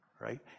right